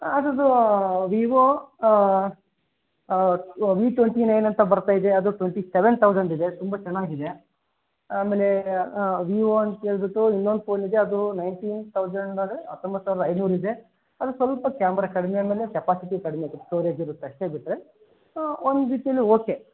ಅದದು Vivo V twenty nine ಅಂತ ಬರ್ತಾಯಿದೆ ಅದು ಟ್ವೆಂಟಿ ಸೆವೆನ್ ತೌಸಂಡ್ ಇದೆ ತುಂಬ ಚೆನ್ನಾಗಿದೆ ಆಮೇಲೆ ವೀವೋ ಅಂತ ಹೇಳಿಬಿಟ್ಟು ಇನ್ನೊಂದು ಫೋನ್ ಇದೆ ಅದು ನೈಂಟೀನ್ ತೌಸಂಡು ಅಂದರೆ ಹತ್ತೊಂಬತ್ತು ಸಾವಿರದ ಐನೂರು ಇದೆ ಅದು ಸ್ವಲ್ಪ ಕ್ಯಾಮ್ರಾ ಕಡಿಮೆ ಆಮೇಲೆ ಕೆಪಾಸಿಟಿ ಕಡಿಮೆ ಇದೆ ಸ್ಟೋರೇಜ್ ಇರುತ್ತೆ ಅಷ್ಟೇ ಬಿಟ್ಟರೆ ಒಂದು ರೀತೀಲಿ ಓಕೆ